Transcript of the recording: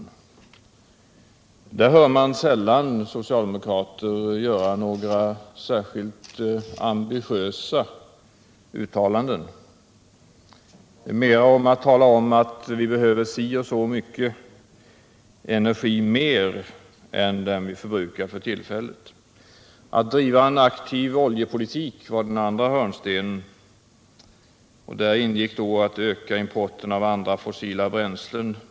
På den punkten hör man sällan socialdemokrater göra några särskilt ambitiösa uttalanden. Man talar däremot ofta om att vi behöver si och så mycket mer energi än den vi förbrukar för tillfället. Att driva en aktiv oljepolitik var den andra hörnstenen. Där ingick då att öka importen av andra fossila bränslen.